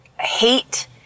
hate